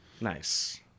Nice